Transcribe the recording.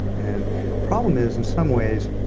and problem is in some ways,